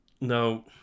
no